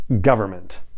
government